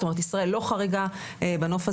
זאת אומרת ישראל לא חריגה בנוף הזה,